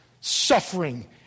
suffering